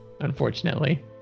unfortunately